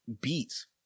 beats